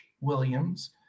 Williams